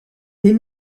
les